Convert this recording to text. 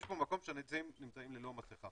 זה מקום שנמצאים ללא מסכה